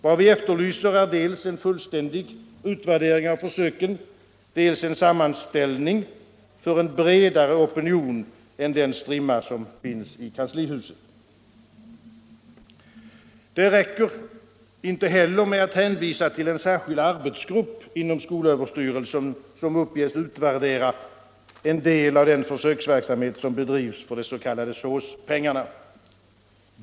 Vad vi efterlyser är dels en fullständig utvärdering av försöken, dels en sammanställning för en bredare opinion än den strimma som finns i kanslihuset. Det räcker inte heller med att hänvisa till en särskild arbetsgrupp inom skolöverstyrelsen, som uppges utvärdera en del av den försöksverksamhet som bedrivs på de s.k. SÅS-pengarna.